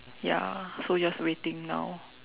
ya so he just waiting now